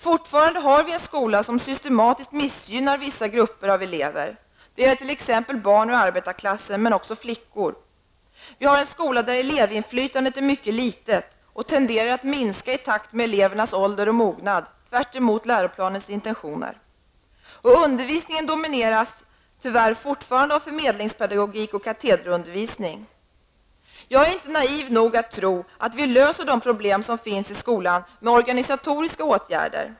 Fortfarande har vi en skola som systematiskt missgynnar vissa grupper av elever, t.ex. barn ur arbetarklassen och flickor. Elevinflytandet är mycket litet, och det tenderar att minska i takt med elevernas ålder och mognad, tvärtemot läroplanens intentioner. Undervisningen domineras tyvärr fortfarande av förmedlingspedagogik och katederundervisning. Jag är inte naiv nog att tro att vi löser de problem som finns i skolan med organisatoriska åtgärder.